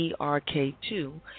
ERK2